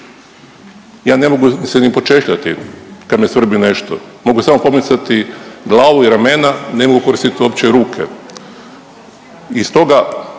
Ja ne mogu se ni počešljati kad me svrbi nešto, mogu samo pomicati glavu i ramena, ne mogu koristit uopće ruke. I stoga